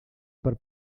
per